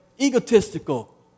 egotistical